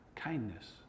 Kindness